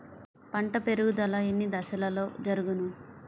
పంట పెరుగుదల ఎన్ని దశలలో జరుగును?